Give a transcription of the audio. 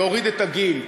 להוריד את הגיל.